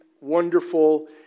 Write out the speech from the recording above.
wonderful